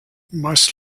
most